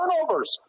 turnovers